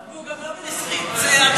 והוא גם לא בן 20. למה?